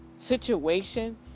situation